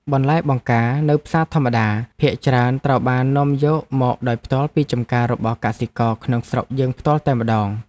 បន្លែបង្ការនៅផ្សារធម្មតាភាគច្រើនត្រូវបាននាំយកមកដោយផ្ទាល់ពីចម្ការរបស់កសិករក្នុងស្រុកយើងផ្ទាល់តែម្ដង។